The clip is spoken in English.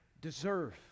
deserve